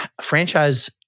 franchise